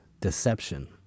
deception